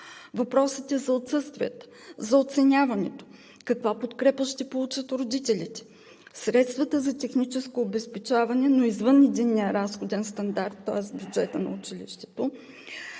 въпросите за отсъствието, за оценяването, каква подкрепа ще получат родителите, средствата за техническо обезпечаване на извън единния разходен стандарт по бюджета на училището,